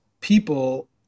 people